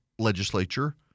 legislature